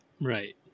Right